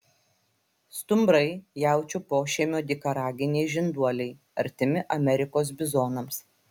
stumbrai jaučių pošeimio dykaraginiai žinduoliai artimi amerikos bizonams